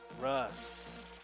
Russ